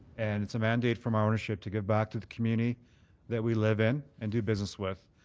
and it's a mandate from our ownership to give back to the community that we live in and do business with.